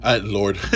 Lord